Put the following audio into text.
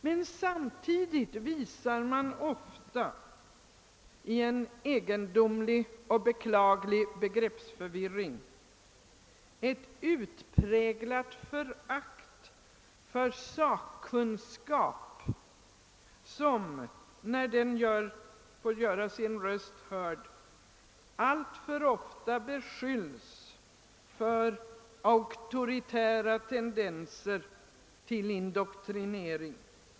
Men samtidigt visar man — i en egendomlig och beklaglig begreppsförvirring — ett utpräglat förakt för sakkunskapen som när den får göra sin röst hörd alltför ofta beskylles för auktoritära tendenser till indoktrinering.